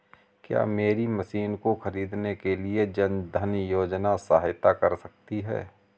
क्या मेरी मशीन को ख़रीदने के लिए जन धन योजना सहायता कर सकती है?